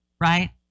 Right